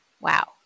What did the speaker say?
Wow